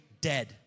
dead